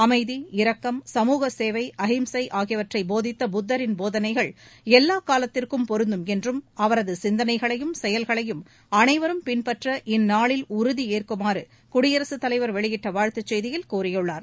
அமைதி இரக்கம் சமூக சேவை அஹிம்சை ஆகியவற்றை போதித்த புத்தரின் போதனைகள் எல்லா காலத்திற்கும் பொருந்தும் என்றும் அவரது சிந்தனைகளையும் செயல்களையும் அனைவரும் பின்பற்ற இந்நாளில் உறுதியேற்குமாறு குடியரசுத்தலைவர் வெளியிட்ட வாழ்த்துச் செய்தியில் கூறியுள்ளார்